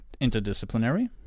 interdisciplinary